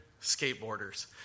skateboarders